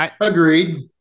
agreed